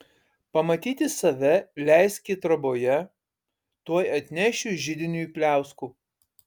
pamatyti save leiski troboje tuoj atnešiu židiniui pliauskų